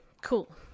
Cool